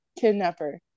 kidnapper